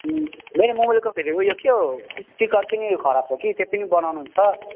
मेरो मोबाइलको फेरि ऊ यो के हो स्पिकर पनि खराब छ कि त्यो पनि बनाउनु छ